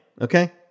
Okay